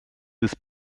ist